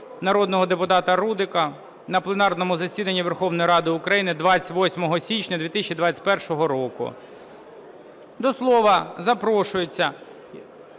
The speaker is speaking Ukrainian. народного депутата Рудика на пленарному засіданні Верховної Ради України 28 січня 2021 року до слова запрошується